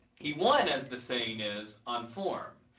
he won, as the saying is, on form.